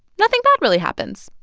nothing bad really happens.